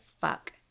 fuck